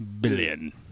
billion